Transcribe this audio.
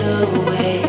away